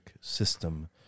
system